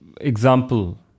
example